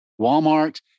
Walmart